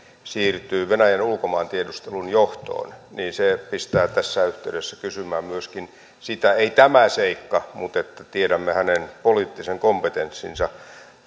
siirtyy venäjän ulkomaantiedustelun johtoon se pistää tässä yhteydessä kysymään myöskin sitä ei tämä seikka mutta tiedämme hänen poliittisen kompetenssinsa